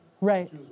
Right